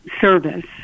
service